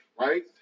Right